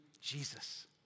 Jesus